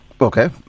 okay